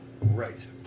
Right